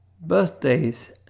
Birthdays